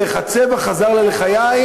הם יכולים להיות חברי המפלגה,